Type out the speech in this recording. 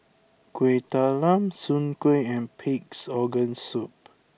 Kuih Talam Soon Kuih and Pig'S Organ Soup